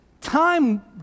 time